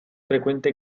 frecuente